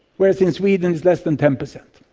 whereas in sweden it's less than ten percent.